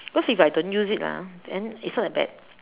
cause if I don't use it ah then it's not that bad